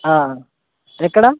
ఆ ఎక్కడ